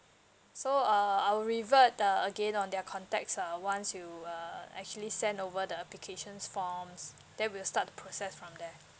so err I'll revert err again on their contacts uh once you err actually send over the applications forms then we'll start the process from there